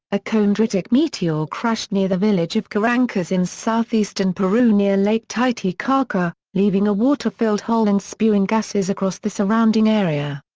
a chondritic meteor crashed near the village of carancas in southeastern peru near lake titicaca, leaving a water-filled hole and spewing gases across the surrounding area.